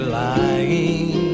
lying